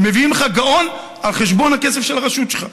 מביאים לך גאון על חשבון הכסף של הרשות שלך.